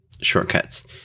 shortcuts